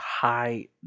high